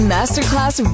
Masterclass